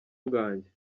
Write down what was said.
bwanjye